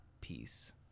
peace